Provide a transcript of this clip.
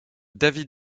david